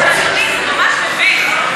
כן, אבל, אדוני, זה ממש מביך.